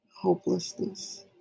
hopelessness